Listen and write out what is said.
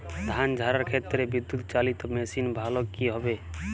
ধান ঝারার ক্ষেত্রে বিদুৎচালীত মেশিন ভালো কি হবে?